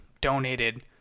donated